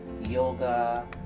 yoga